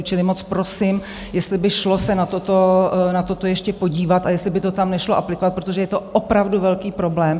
Čili moc prosím, jestli by šlo se na toto ještě podívat a jestli by to tam nešlo aplikovat, protože je to opravdu velký problém.